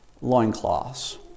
loincloths